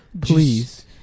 Please